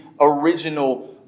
original